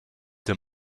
the